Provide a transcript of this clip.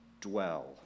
dwell